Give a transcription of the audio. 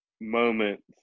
moments